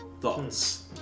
Thoughts